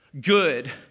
good